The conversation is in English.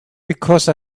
because